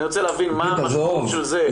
אני רוצה להבין מה המשמעות של זה.